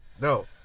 No